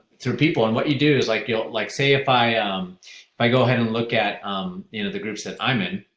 through people and what you do is, like you know like say if i um go ahead and look at um you know the groups that i'm in